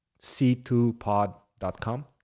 c2pod.com